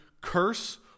curse